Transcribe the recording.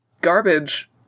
garbage